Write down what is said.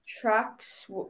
tracks